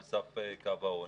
על סף קו העוני.